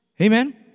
Amen